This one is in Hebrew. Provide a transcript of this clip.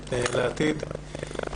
לעתיד.